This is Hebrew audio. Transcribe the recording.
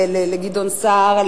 לגדעון סער,